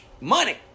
money